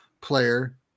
player